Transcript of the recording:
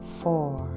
four